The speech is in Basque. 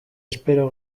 espero